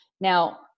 now